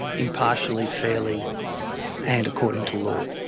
impartially, fairly and according to law.